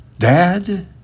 Dad